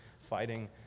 fighting